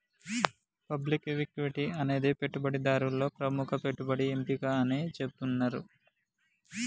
public equity అనేది పెట్టుబడిదారులలో ప్రముఖ పెట్టుబడి ఎంపిక అని చెబుతున్నరు